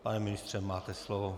Pane ministře, máte slovo.